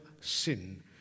sin